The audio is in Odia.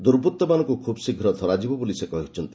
ଦୁର୍ବୃତ୍ତମାନଙ୍କୁ ଖୁବ୍ ଶୀଘ୍ର ଧରାଯିବ ବୋଲି ସେ କହିଛନ୍ତି